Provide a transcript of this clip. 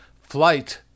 Flight